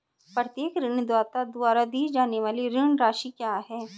प्रत्येक ऋणदाता द्वारा दी जाने वाली ऋण राशि क्या है?